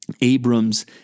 Abram's